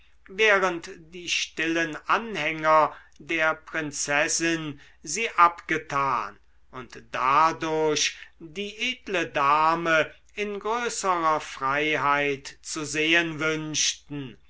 während die stillen anhänger der prinzessin sie abgetan und dadurch die edle dame in größerer freiheit zu sehen wünschten